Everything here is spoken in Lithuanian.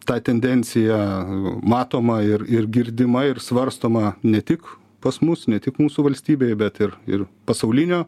ta tendencija matoma ir ir girdima ir svarstoma ne tik pas mus ne tik mūsų valstybėje bet ir ir pasaulinio